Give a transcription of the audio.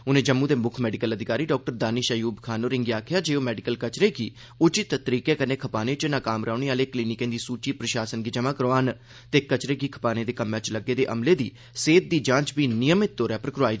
उनें जम्मू दे मुक्ख मैडिकल अधिकारी डाक्टर दानिश आयूब खान होरें'गी आखेआ जे ओह् मैडिकल कचरे गी उचित तरीके कन्नै खपाने च नाकाम रौहने आह्ले क्लीनिकें दी सूची प्रशासन गी देन ते कचरे गी खपाने दे कम्मै च लग्गे दे अमले दी सेहत दी जांच बी नियमित तौर उप्पर करोआन